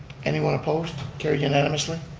anyone opposed? carried unanimously.